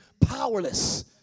powerless